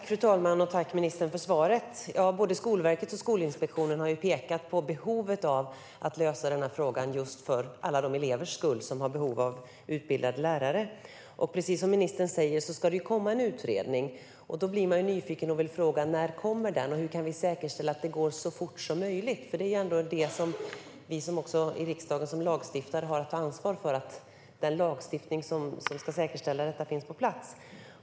Fru talman! Tack, ministern, för svaret! Både Skolverket och Skolinspektionen har pekat på behovet av att lösa det här problemet för alla de elevers skull som har behov av utbildade lärare. Som ministern säger ska det komma en utredning. Då blir jag nyfiken och undrar: När kommer den, och hur kan vi säkerställa att det går så fort som möjligt? Som lagstiftare i riksdagen har vi ju att ta ansvar för att den lagstiftning som ska säkerställa detta finns på plats.